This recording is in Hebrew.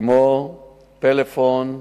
כמו פלאפון,